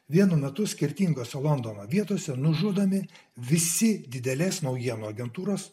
vienu metu skirtingose londono vietose nužudomi visi didelės naujienų agentūros